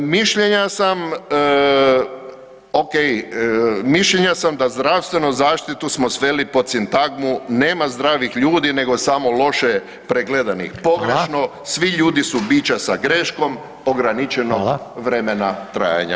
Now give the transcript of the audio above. Mišljenja sam ok, mišljenja sam da zdravstvenu zaštitu smo sveli pod sintagmu „nema zdravih ljudi nego samo loše pregledanih“, pogrešno, [[Upadica Reiner: Hvala.]] svi ljudi su bića sa greškom ograničenog vremena trajanja.